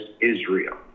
Israel